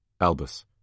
Albus